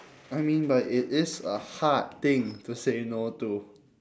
I mean but it is a hard thing to say no to